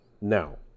Now